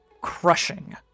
crushing